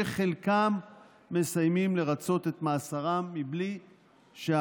שחלקם מסיימים לרצות את מאסרם בלי שלפי